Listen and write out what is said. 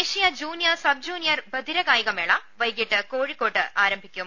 ദേശീയ junior sub junior ബധിരകായികമേള വൈകിട്ട് കോഴിക്കോട്ട് ആരംഭിക്കും